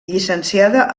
llicenciada